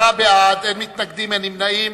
עשרה בעד, אין מתנגדים, אין נמנעים.